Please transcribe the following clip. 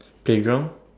K go on